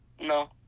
No